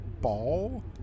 ball